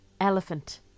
elephant